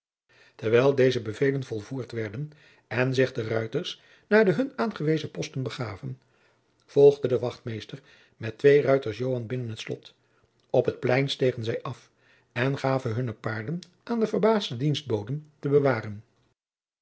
terwijl deze bevelen volvoerd werden en zich de ruiters naar de hun aangewezen posten begaven volgde de wachtmeester met twee ruiters joan binnen het slot op het plein stegen zij af en gaven hunne paarden aan de verbaasde dienstboden te bewaren